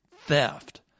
theft